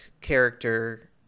character